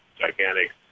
gigantic